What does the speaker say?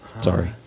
Sorry